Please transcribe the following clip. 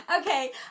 Okay